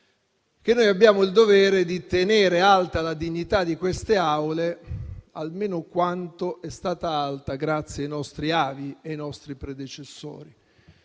che abbiamo il dovere di tenere alta la dignità di queste Aule almeno quanto è stata alta grazie ai nostri avi e ai nostri predecessori.